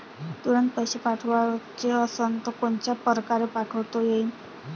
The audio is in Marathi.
तुरंत पैसे पाठवाचे असन तर कोनच्या परकारे पाठोता येईन?